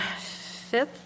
fifth